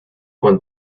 one